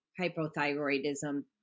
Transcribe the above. hypothyroidism